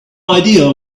idea